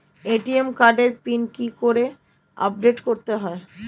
ATM কার্ডের PIN কি করে আপডেট করতে হয়?